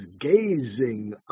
gazing